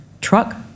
truck